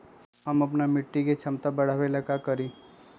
हम अपना मिट्टी के झमता बढ़ाबे ला का करी?